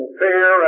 fear